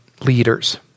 leaders